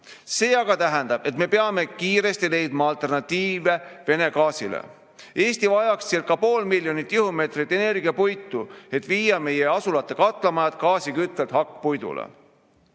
See aga tähendab, et me peame kiiresti leidma alternatiive Vene gaasile. Eesti vajakscircapool miljonit tihumeetrit energiapuitu, et viia meie asulate katlamajad gaasiküttelt hakkpuidule.